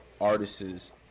artists